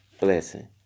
blessing